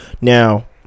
Now